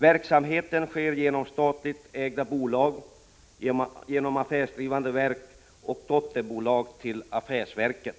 Verksamheten sker genom statligt ägda bolag, affärsdrivande verk och dotterbolag till affärsverken.